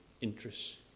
interests